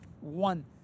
one